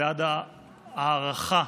בעד הארכה